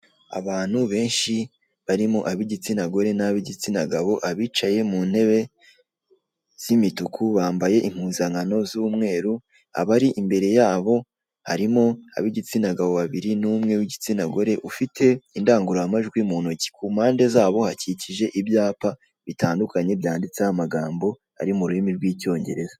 Abantu benshi barimo ab'igitsina gore nab'igitsina gabo, abicaye mu ntebe z'imituku bambaye impuzankano z'umweru abari imbere yabo harimo ab'igitsina gabo babiri n'umwe w'igitsina gore ufite indangururamajwi muntoki, kumpande zabo hakikije ibyapa bitandukanye byanditseho amagambo ari mu rurimi rw'icyongereza.